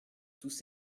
tous